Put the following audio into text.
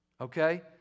Okay